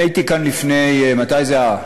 הייתי כאן לפני, מתי זה היה?